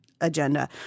agenda